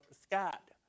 Scott